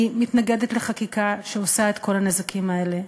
אני מתנגדת לחקיקה שעושה את כל הנזקים האלה.